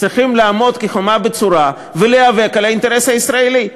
צריכים לעמוד כחומה בצורה ולהיאבק על האינטרס הישראלי,